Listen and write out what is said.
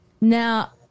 Now